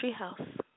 Treehouse